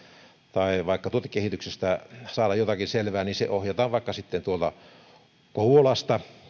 tai vaikka tuotekehityksestä saada jotakin selvää niin asiantuntija ohjataan sitten kouvolasta